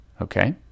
Okay